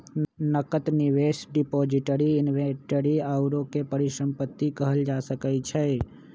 नकद, निवेश, depository, inventory आउरो के परिसंपत्ति कहल जा सकइ छइ